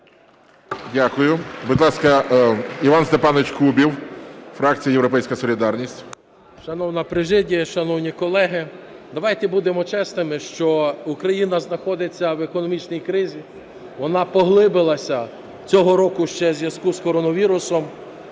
Дякую. Будь ласка, Іван Степанович Кубів, фракція "Європейська солідарність". 14:02:35 КУБІВ С.І. Шановна президія, шановні колеги, давайте будемо чесними, що Україна знаходиться в економічній кризі, вона поглибилася цього року ще й зв'язку з коронавірусом.